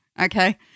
okay